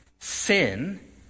Sin